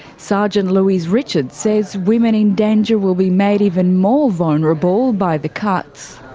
sergeant louise richards says women in danger will be made even more vulnerable by the cuts.